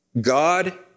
God